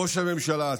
ראש הממשלה,